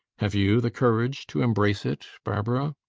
have you the courage to embrace it, barbara?